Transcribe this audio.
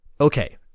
Okay